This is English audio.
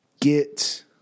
get